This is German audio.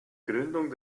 gründung